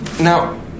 Now